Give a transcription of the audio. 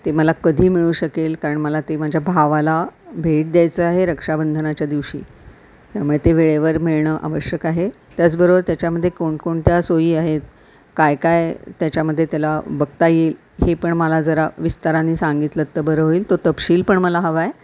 ते मला कधी मिळू शकेल कारण मला ते माझ्या भावाला भेट द्यायचं आहे रक्षाबंधनाच्या दिवशी त्यामुळे ते वेळेवर मिळणं आवश्यक आहे त्याचबरोबर त्याच्यामध्ये कोणकोणत्या सोयी आहेत काय काय त्याच्यामध्ये त्याला बघता येईल हे पण मला जरा विस्तारानी सांगितलं तर बरं होईल तो तपशील पण मला हवा आहे